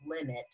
limit